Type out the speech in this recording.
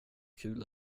kul